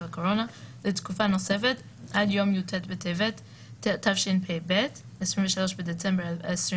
הקורונה לתקופה נוספת עד יום י״ט בטבת התשפ״ב (23 בדצמבר 2021)